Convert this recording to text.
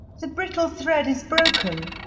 the brittle thread is broken,